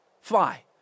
Fly